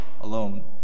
alone